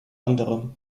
anderem